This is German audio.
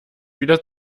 wieder